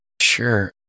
Sure